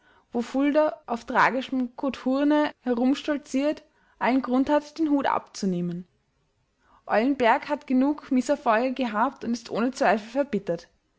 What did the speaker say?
wo fulda auf tragischem kothurne herumstolziert allen grund hat den hut abzunehmen eulenberg hat genug mißerfolge gehabt und ist ohne zweifel verbittert